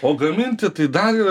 o gaminti tai dar yra